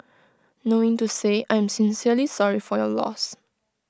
knowing to say I'm sincerely sorry for your loss